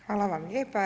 Hvala vam lijepa.